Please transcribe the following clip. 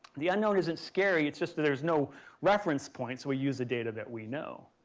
the unknown isn't scary, it's just that there's no reference point. so, we use the data that we know.